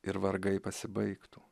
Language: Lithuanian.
ir vargai pasibaigtų